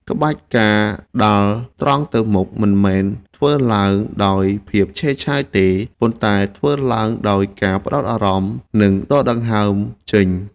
ក្បាច់ ការដាល់ត្រង់ទៅមុខ មិនមែនធ្វើឡើងដោយភាពឆេវឆាវទេ ប៉ុន្តែធ្វើឡើងដោយការផ្ដោតអារម្មណ៍ និងដកដង្ហើមចេញ។